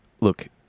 look